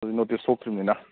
ꯍꯥꯏꯗꯤ ꯅꯣꯇꯤꯁ ꯊꯣꯛꯇ꯭ꯔꯤꯕꯅꯤꯅ